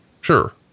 Sure